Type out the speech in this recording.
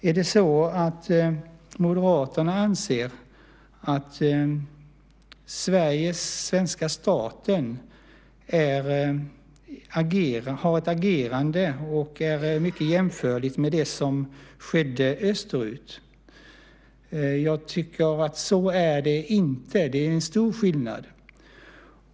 Anser Moderaterna att svenska staten har ett agerande som är jämförbart med det som skedde österut? Så tycker jag inte att det är. Det är en stor skillnad.